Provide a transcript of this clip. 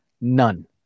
none